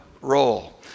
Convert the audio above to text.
role